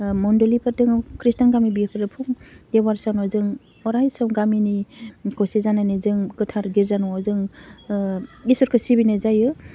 ओह मण्डलिफोर दङ खृष्टान गामि बेफोरो फुं देवबार सानाव जों अराय सम गामिनि खौसे जानानै जों गोथार गिर्जा न'आव जों ओह इसोरखौ सिबिनाय जायो